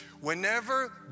Whenever